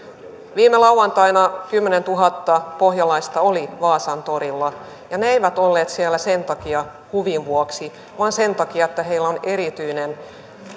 viime lauantaina kymmenentuhatta pohjalaista oli vaasan torilla ja he eivät olleet siellä huvin vuoksi vaan sen takia että heillä on erityinen